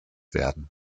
werden